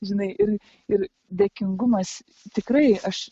žinai ir ir dėkingumas tikrai aš